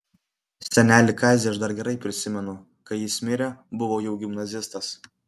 senelį kazį aš dar gerai prisimenu kai jis mirė buvau jau gimnazistas